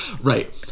Right